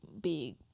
big